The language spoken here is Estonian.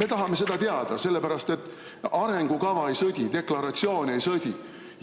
Me tahame seda teada, sellepärast et arengukava ei sõdi, deklaratsioon ei sõdi